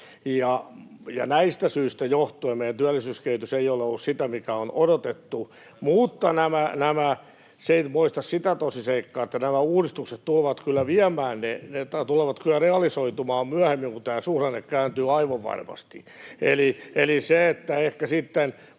Näistä syistä johtuen meidän työllisyyskehitys ei ole ollut sitä, mitä on odotettu. Mutta se ei nyt poista sitä tosiseikkaa, että nämä uudistukset tulevat kyllä realisoitumaan myöhemmin, kun tämä suhdanne kääntyy, aivan varmasti. Eli ehkä sitten